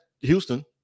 Houston